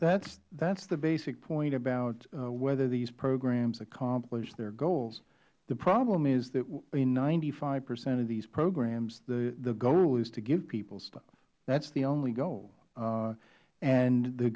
rector that is the basic point about whether these programs accomplish their goals the problem is that in ninety five percent of these programs the goal is to give people stuff that is the only goal and the